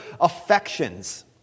affections